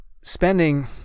spending